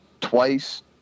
twice